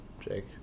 Jake